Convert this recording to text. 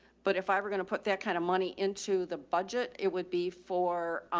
but if i were going to put that kind of money into the budget, it would be for, um,